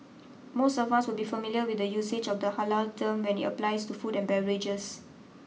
most of us will be familiar with the usage of the halal term when it applies to food and beverages